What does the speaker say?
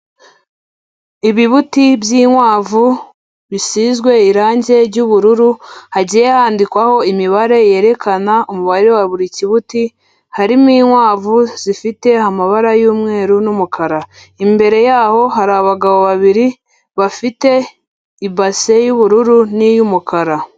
Ibibuti by'inkwavu bisizwe irange ry'ubururu, hagiye handikwaho imibare yerekana umubare wa buri kibuti, harimo inkwavu zifite amabara y'umweru n'umukara, imbere yaho hari abagabo babiri bafite ibase y'ubururu n'iy'umukara.